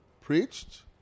Preached